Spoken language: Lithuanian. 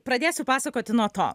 pradėsiu pasakoti nuo to